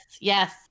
yes